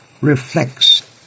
reflects